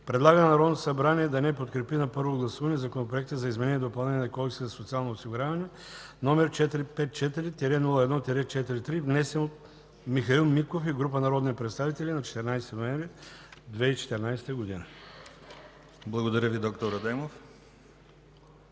Предлага на Народното събрание да не подкрепи на първо гласуване Законопроект за изменение и допълнение на Кодекса за социално осигуряване, № 454-01-43, внесен от Михаил Миков и група народни представители на 14 ноември 2014 г.” ПРЕДСЕДАТЕЛ ДИМИТЪР